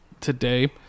today